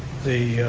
the,